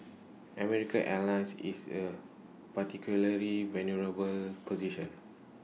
American airlines is A particularly vulnerable position